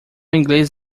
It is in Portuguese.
inglês